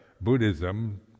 Buddhism